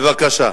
בבקשה.